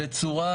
בצורה